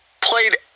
played